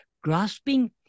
Grasping